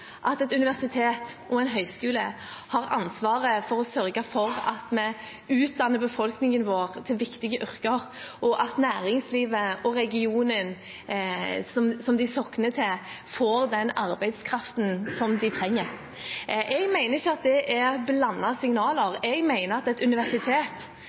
en høyskole har ansvaret for å sørge for at vi utdanner befolkningen vår til viktige yrker, og at næringslivet og regionen de sogner til, får den arbeidskraften de trenger. Jeg mener ikke at det er blandede signaler, jeg mener at et universitet